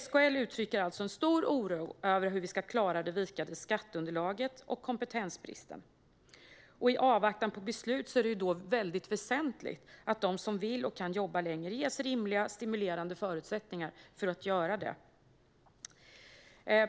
SKL uttrycker alltså en stor oro över hur vi ska klara det vikande skatteunderlaget och kompetensbristen. I avvaktan på beslut är det då väsentligt att de som vill och kan jobba längre ges rimliga, stimulerande förutsättningar för att göra det.